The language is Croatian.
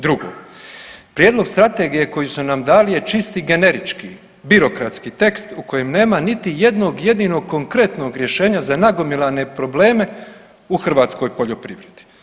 Drugo, prijedlog strategije koji su nam dali je čisti generički, birokratski tekst u kojem nema niti jednog jedinog konkretnog rješenja za nagomilane probleme u hrvatskoj poljoprivredi.